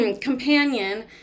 companion